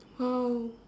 !wow!